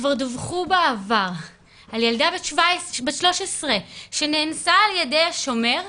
שכבר דווחו בעבר על ילדה בת 13 שנאנסה על ידי השומר,